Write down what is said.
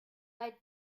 bei